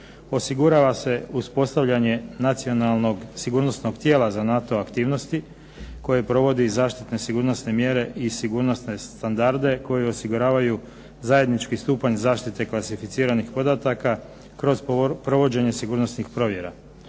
osigurava se uspostavljanje nacionalnog sigurnosnog tijela za NATO aktivnosti koji provodi zaštitne sigurnosne mjere i sigurnosne standarde koji osiguravaju zajednički stupanj zaštite klasificiranih podataka kroz provođenje sigurnosnih provjera.